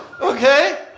Okay